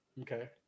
Okay